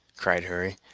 cried hurry,